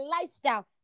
lifestyle